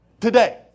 today